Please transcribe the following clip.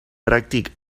pràctic